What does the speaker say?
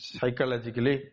Psychologically